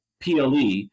PLE